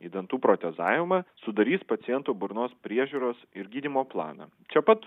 į dantų protezavimą sudarys paciento burnos priežiūros ir gydymo planą čia pat